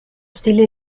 stile